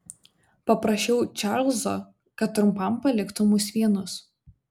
paprašiau čarlzo kad trumpam paliktų mus vienus